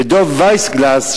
ודב וייסגלס,